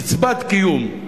קצבת קיום,